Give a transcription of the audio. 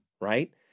right